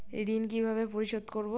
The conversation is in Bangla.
ঋণ কিভাবে পরিশোধ করব?